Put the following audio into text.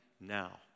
now